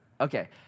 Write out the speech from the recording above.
Okay